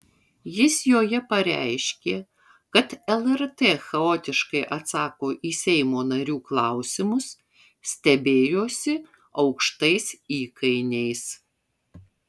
jis joje pareiškė kad lrt chaotiškai atsako į seimo narių klausimus stebėjosi aukštais įkainiais